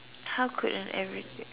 how could an average